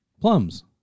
Plums